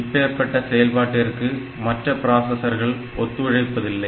இப்பேர்ப்பட்ட செயல்பாட்டிற்கு மற்ற பிராசஸர்கள் ஒத்துழைப்பதில்லை